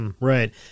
Right